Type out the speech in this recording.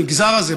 במגזר הזה,